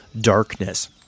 Darkness